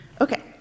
Okay